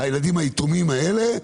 הילדים היתומים האלה,